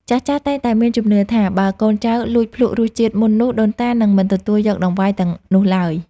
ចាស់ៗតែងមានជំនឿថា បើកូនចៅលួចភ្លក្សរសជាតិមុននោះដូនតានឹងមិនទទួលយកដង្វាយទាំងនោះឡើយ។